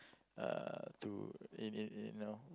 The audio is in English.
uh to y~ y~ you know